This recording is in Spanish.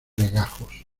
legajos